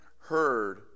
heard